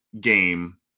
game